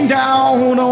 down